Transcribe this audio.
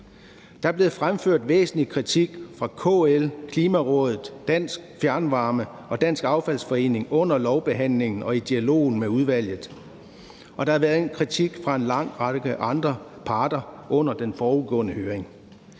Der er blevet fremført væsentlig kritik fra KL, Klimarådet, Dansk Fjernvarme og Dansk Affaldsforening under lovbehandlingen og i dialogen med udvalget. Og der har været en kritik fra en lang række andre parter under den forudgående høring.